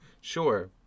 sure